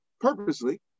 purposely